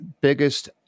biggest